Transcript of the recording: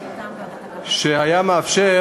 שמאפשר